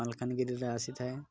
ମାଲକାନଗିରିରେ ଆସିଥାଏ